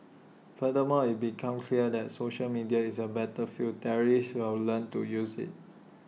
furthermore IT becomes clear that social media is A battlefield terrorists will learn to use IT